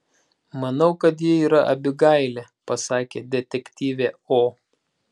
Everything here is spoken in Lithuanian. manau kad ji yra abigailė pasakė detektyvė o